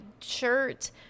shirt